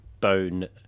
bone